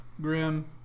Grim